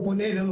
או פונה אלינו,